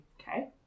Okay